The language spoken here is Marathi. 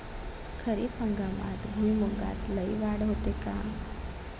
खरीप हंगामात भुईमूगात लई वाढ होते का?